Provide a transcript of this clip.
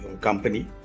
company